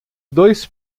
dois